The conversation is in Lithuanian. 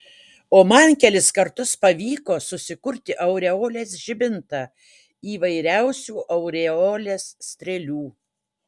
o man kelis kartus pavyko susikurti aureolės žibintą įvairiausių aureolės strėlių